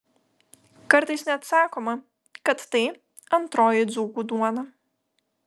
kartais net sakoma kad tai antroji dzūkų duona